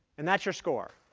and that's your score.